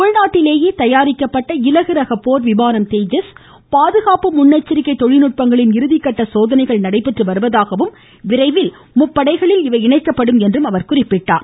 உள்நாட்டிலேயே தயாரிக்கப்பட்ட இலகுரக போர் விமான தேஜஸ் பாதுகாப்பு முன்னெச்சரிக்கை தொழில்நுட்பங்களின் இறுதிக்கட்ட சோதனைகள் நடைபெற்று வருவதாகவும் விரைவில் முப்படைகளில் இவை இணைக்கப்படும் என்றும் கூறினார்